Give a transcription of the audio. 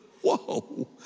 Whoa